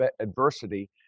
adversity